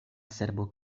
cerbo